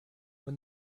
when